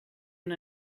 and